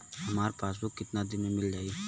हमार पासबुक कितना दिन में मील जाई?